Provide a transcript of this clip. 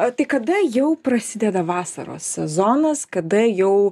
a tai kada jau prasideda vasaros sezonas kada jau